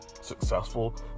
successful